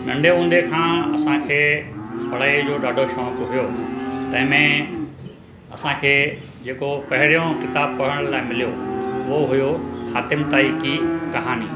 नंढे हूंदे खां असांखे पढ़ाईअ जो ॾाढो शौक़ु हुयो तंहिं में असांखे जेको पहिरियों किताबु पढ़णु लाइ मिलियो उहो हुओ हातिम ताई की कहानी